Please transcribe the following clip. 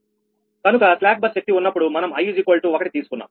కనుక slack bus శక్తి ఉన్నప్పుడు మనం i1 తీసుకున్నాం